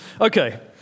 Okay